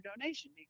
donation